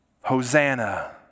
Hosanna